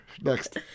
Next